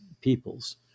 peoples